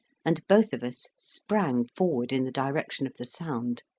and both of us sprang forward in the direction of the sound.